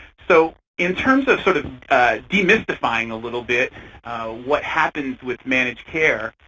so in terms of sort of demystifying a little bit what happens with managed care,